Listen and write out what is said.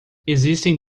existem